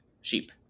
sheep